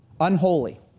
Unholy